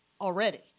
already